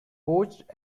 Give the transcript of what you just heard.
poached